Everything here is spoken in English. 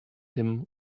him